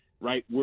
right